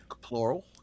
Plural